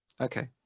okay